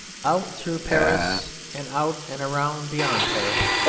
out through paris and out and around beyond paris,